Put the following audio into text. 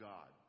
God